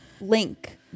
link